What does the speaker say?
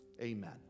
amen